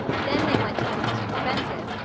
then they went to the most expensive,